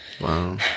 Wow